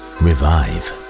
revive